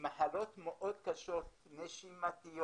עם מחלות מאוד קשות, נשימתיות,